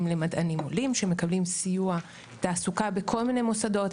למדענים עולים שמקבלים סיוע תעסוקה בכל מיני מוסדות,